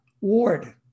ward